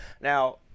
Now